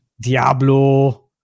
Diablo